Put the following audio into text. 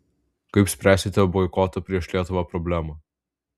kaip spręsite boikoto prieš lietuvą problemą